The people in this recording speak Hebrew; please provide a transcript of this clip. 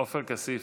עופר כסיף,